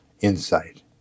insight